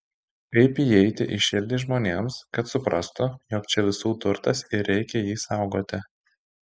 kaip įeiti į širdį žmonėms kad suprastų jog čia visų turtas ir reikia jį saugoti